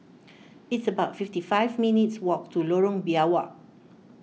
it's about fifty five minutes' walk to Lorong Biawak